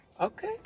okay